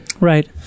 Right